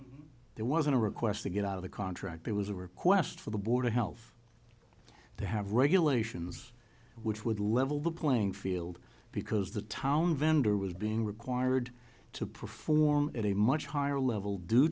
here there wasn't a request to get out of the contract it was a request for the board of health to have regulations which would level the playing field because the town vendor was being required to perform at a much higher level due